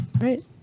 Right